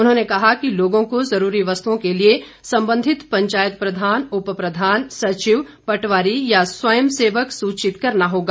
उन्होंने कहा कि लोगों को जरूरी वस्तुओं के लिए संबंधित पंचायत प्रधान उपप्रधान सचिव पटवारी या स्वयं सेवक सूचित करना होगा